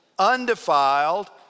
undefiled